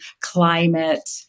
climate